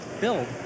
build